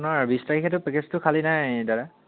আপোনাৰ বিশ তাৰিখেটো পেকেজটো খালী নাই দাদা